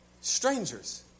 strangers